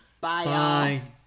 Bye